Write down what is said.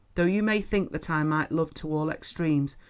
though you may think that i might love to all extremes,